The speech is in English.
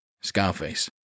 Scarface